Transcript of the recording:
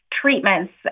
treatments